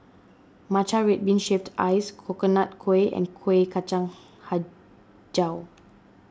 Matcha Red Bean Shaved Ice Coconut Kuih and Kueh Kacang HiJau